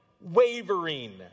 wavering